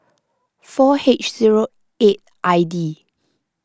four H zero eight I D